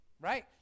Right